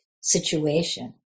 situation